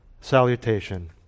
salutation